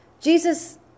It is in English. Jesus